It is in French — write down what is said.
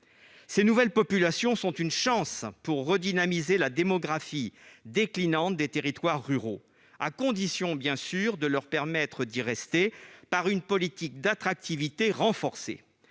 Ces nouvelles populations sont une chance pour redynamiser la démographie déclinante des territoires ruraux, à condition bien sûr de leur permettre d'y rester par une politique d'attractivité renforcée.